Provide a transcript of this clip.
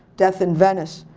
death in venice.